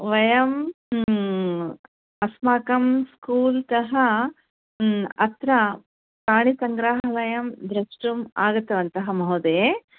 वयं अस्माकं स्कूल्तः अत्र प्राणिसङ्ग्रहालयं द्रष्टुम् आगतवन्तः महोदये